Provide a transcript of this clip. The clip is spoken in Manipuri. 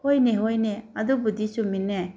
ꯍꯣꯏꯅꯦ ꯍꯣꯏꯅꯦ ꯑꯗꯨꯕꯨꯗꯤ ꯆꯨꯝꯃꯤꯅꯦ